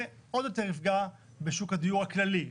זה עוד יותר יפגע בשוק הדיור הכללי,